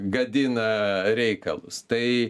gadina reikalus tai